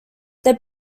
they